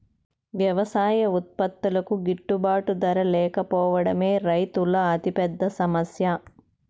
వ్యవసాయ ఉత్పత్తులకు గిట్టుబాటు ధర లేకపోవడమే రైతుల అతిపెద్ద సమస్య